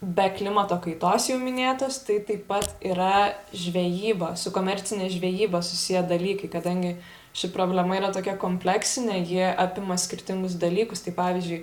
be klimato kaitos jau minėtos tai taip pat yra žvejyba su komercine žvejyba susiję dalykai kadangi ši problema yra tokia kompleksinė ji apima skirtingus dalykus tai pavyzdžiui